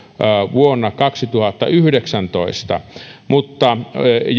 vuonna kaksituhattayhdeksäntoista mutta